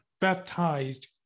baptized